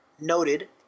noted